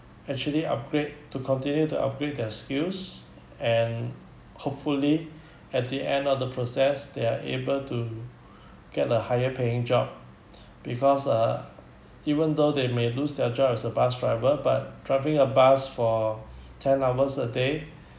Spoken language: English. actually upgrade to continue to upgrade their skills and hopefully at the end of the process they are able to get a higher paying job because ah even though they may lose their job as a bus driver but driving a bus for ten hours a day